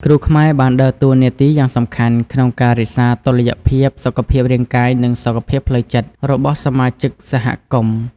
គ្រូខ្មែរបានដើរតួនាទីយ៉ាងសំខាន់ក្នុងការរក្សាតុល្យភាពសុខភាពរាងកាយនិងសុខភាពផ្លូវចិត្តរបស់សមាជិកសហគមន៍។